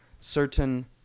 certain